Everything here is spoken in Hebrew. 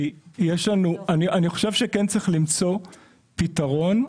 אני חושב שכן צריך למצוא פתרון,